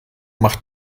macht